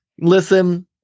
listen